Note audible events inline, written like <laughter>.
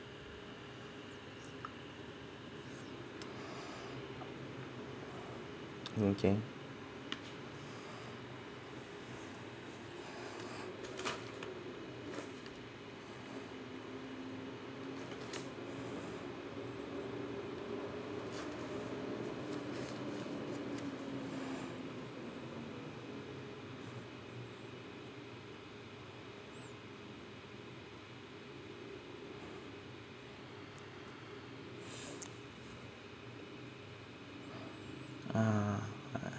okay <breath> ah I